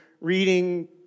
reading